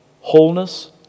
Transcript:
wholeness